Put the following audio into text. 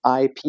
IP